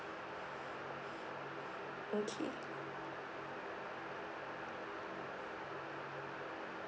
okay